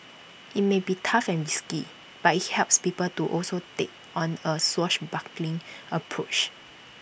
IT may be tough and risky but IT helps people to also take on A swashbuckling approach